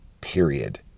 Period